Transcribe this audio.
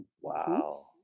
Wow